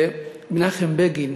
ומנחם בגין,